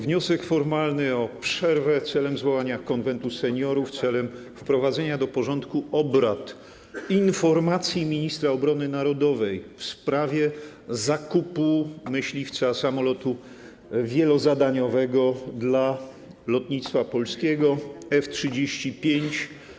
Wniosek formalny o przerwę celem zwołania Konwentu Seniorów celem wprowadzenia do porządku obrad informacji ministra obrony narodowej w sprawie zakupu myśliwca, samolotu wielozadaniowego dla lotnictwa polskiego F-35.